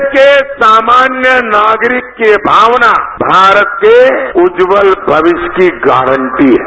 देश के सामान्य नागरिक की भावना भारत के उज्ल भविष्य की गारंटी है